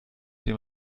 dem